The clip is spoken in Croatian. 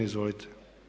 Izvolite.